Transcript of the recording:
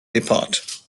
depart